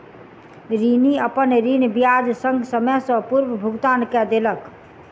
ऋणी, अपन ऋण ब्याज संग, समय सॅ पूर्व भुगतान कय देलक